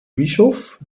bischof